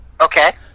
Okay